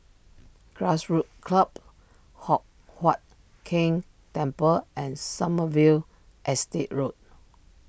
Grassroots Club Hock Huat Keng Temple and Sommerville Estate Road